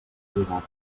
lligat